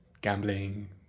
gambling